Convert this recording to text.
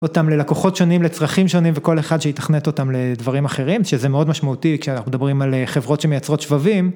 אותם ללקוחות שונים לצרכים שונים וכל אחד שיתכנת אותם לדברים אחרים שזה מאוד משמעותי כשאנחנו מדברים על חברות שמייצרות שבבים